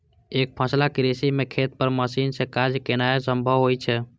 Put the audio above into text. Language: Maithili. एकफसला कृषि मे खेत पर मशीन सं काज केनाय संभव होइ छै